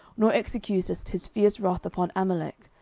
nor executedst his fierce wrath upon amalek,